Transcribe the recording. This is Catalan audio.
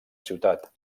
ciutat